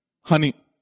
Honey